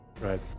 Right